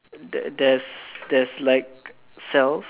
there there's there's like cells